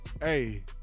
Hey